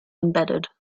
embedded